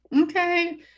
Okay